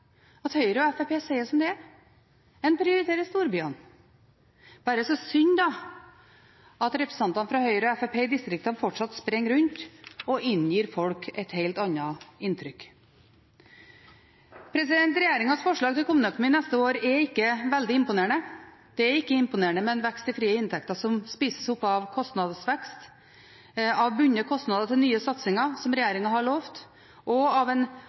at Høyre og Fremskrittspartiet sier det som det er, at en prioriterer storbyene – bare så synd da at representantene fra Høyre og Fremskrittspartiet i distriktene fortsatt springer rundt og gir folk et helt annet inntrykk. Regjeringens forslag til kommuneøkonomi neste år er ikke veldig imponerende. Det er ikke imponerende med en vekst i frie inntekter som spises opp av kostnadsvekst, av bundne kostnader til nye satsinger som regjeringen har lovet, og av